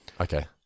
Okay